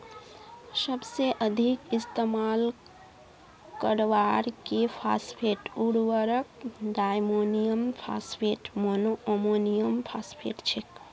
सबसे अधिक इस्तेमाल करवार के फॉस्फेट उर्वरक डायमोनियम फॉस्फेट, मोनोअमोनियमफॉस्फेट छेक